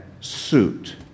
suit